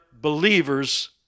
believer's